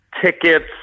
tickets